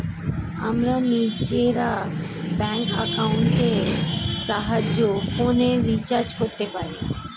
আমরা নিজেরা ব্যাঙ্ক অ্যাকাউন্টের সাহায্যে ফোনের রিচার্জ করতে পারি